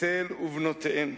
בית-אל ובנותיהם,